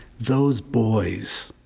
those boys,